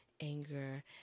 anger